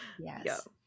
yes